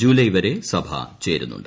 July വരെ സഭ ചേരുന്നുണ്ട്